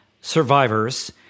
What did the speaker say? survivors